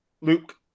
Luke